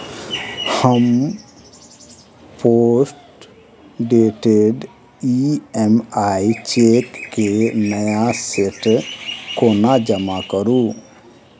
हम postdated EMI cheque केँ नया सेट केना जमा करू?